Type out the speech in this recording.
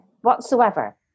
whatsoever